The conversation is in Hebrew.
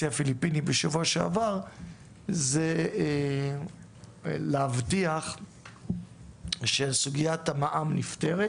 הפיליפינים בשבוע שעבר זה להבטיח שסוגיית המע"מ נפתרת,